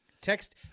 Text